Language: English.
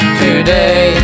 today